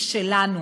משלנו,